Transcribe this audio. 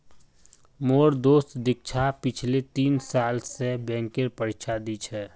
मोर दोस्त दीक्षा पिछले तीन साल स बैंकेर परीक्षा दी छ